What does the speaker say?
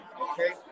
Okay